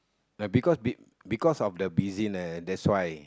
be because of the busyness thats why